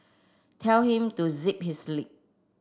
tell him to zip his lip